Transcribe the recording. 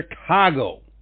Chicago